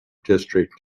district